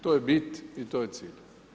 To je bit i to je cilj.